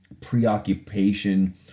preoccupation